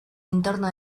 entorno